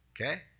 okay